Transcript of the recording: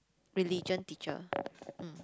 religion teacher mm